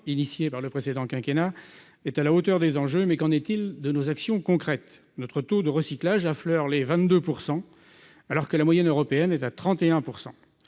initiée par le précédent quinquennat est à la hauteur des enjeux, mais qu'en est-il de nos actions concrètes, notre taux de recyclage à fleurs, les 22 pourcent alors que la moyenne européenne est à 31